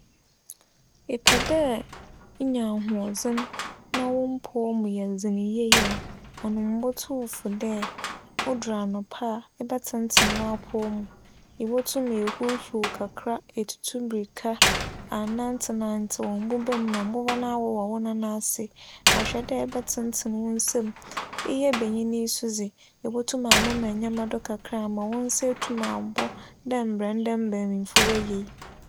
Epɛ dɛ enya ahoͻdzen na wo mpͻw mu yɛ dzen yie a, ͻno mobotu wo fo dɛ odur anapa a ebɛtsentsen w'apͻw mu. Ibotum ehuruw huruw kakra etutu mbirika anantsew nantsew mboba mu ma mboba no awowͻ wo nan ase ahwɛ dɛ ebɛtsentsen wo nsa mu. Eyɛ banyin yi so dze, ibotum amema ndzɛmba do kakra ma wo nsa etum abͻ dɛ mbrɛ ndɛ mbanyimfo wͻyɛ yi.